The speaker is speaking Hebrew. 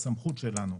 זה בסמכות שלנו.